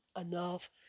enough